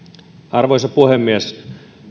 arvoisa puhemies